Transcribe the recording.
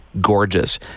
gorgeous